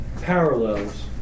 parallels